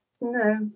No